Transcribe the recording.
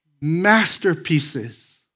masterpieces